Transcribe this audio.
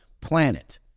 planet